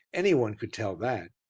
any one could tell that,